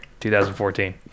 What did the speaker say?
2014